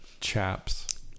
chaps